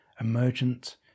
emergent